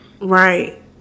right